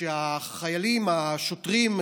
שהחיילים השוטרים,